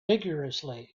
rigourously